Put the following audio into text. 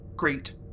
Great